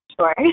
Sure